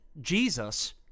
Jesus